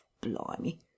Blimey